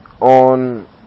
on